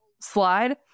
slide